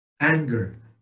Anger